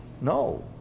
No